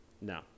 no